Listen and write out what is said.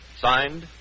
Signed